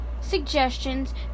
suggestions